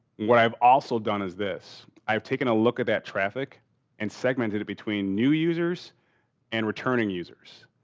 what i've also done is this. i've taken a look at that traffic and segmented it between new users and returning users.